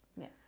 Yes